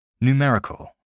numerical